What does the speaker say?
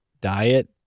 diet